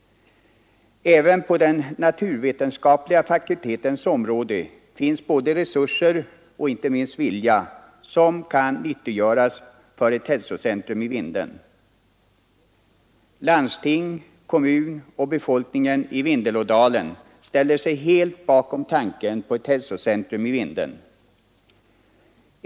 Även på den naturvetenskapliga fakultetens område finns både resurser och inte minst vilja, som kan nyttiggöras för ett hälsocentrum i Vindeln. Landsting, kommun och befolkningen i Vindelådalen ställer sig helt bakom tanken på ett hälsocentrum i Vindeln.